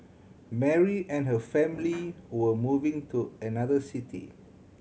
Mary and her family were moving to another city